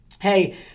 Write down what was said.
Hey